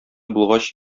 булгач